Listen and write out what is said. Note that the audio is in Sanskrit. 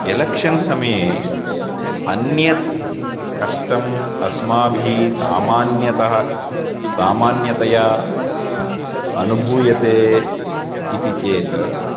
एलेक्शन् समये अन्यत् कष्टम् अस्माभिः सामान्यतः सामान्यतया अनुभूयते इति चेत्